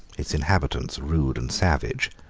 its inhabitants rude and savage.